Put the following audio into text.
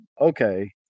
okay